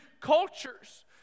cultures